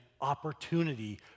opportunity